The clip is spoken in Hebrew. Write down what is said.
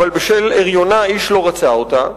אבל בשל הריונה איש לא רצה אותה.